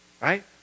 Right